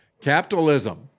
capitalism